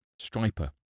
Striper